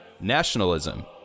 Nationalism